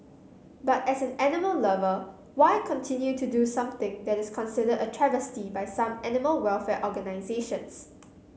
but as an animal lover why continue to do something that is considered a travesty by some animal welfare organisations